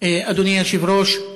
אדוני היושב-ראש,